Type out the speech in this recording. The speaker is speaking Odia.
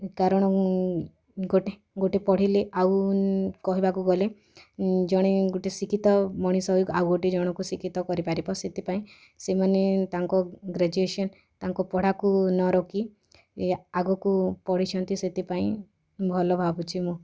କାରଣ ଗୋଟେ ଗୋଟେ ପଢ଼ିଲେ ଆଉ କହିବାକୁ ଗଲେ ଜଣେ ଗୋଟେ ଶିକ୍ଷିତ ମଣିଷ ଆଉଗୋଟେ ଜଣକୁ ଶିକ୍ଷିତ କରିପାରିବ ସେଥିପାଇଁ ସେମାନେ ତାଙ୍କ ଗ୍ରେଜୁଏସନ୍ ତାଙ୍କ ପଢ଼ାକୁ ନ ରୋକି ଏ ଆଗକୁ ପଢ଼ିଛନ୍ତି ସେଥିପାଇଁ ଭଲ ଭାବୁଛି ମୁଁ